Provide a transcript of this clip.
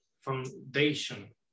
foundation